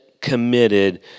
committed